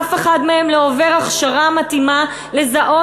אף אחד מהם לא עובר הכשרה מתאימה לזהות,